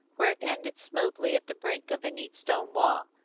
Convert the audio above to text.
where it ended smoothly at the brink of a neat stone wall.